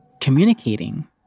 communicating